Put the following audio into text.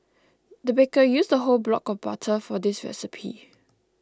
the baker used a whole block of butter for this recipe